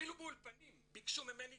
אפילו באולפנים ביקשו ממני